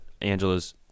Angela's